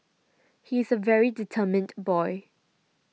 he's a very determined boy